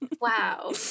Wow